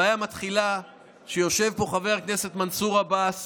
הבעיה מתחילה בזה שיושב פה חבר הכנסת מנסור עבאס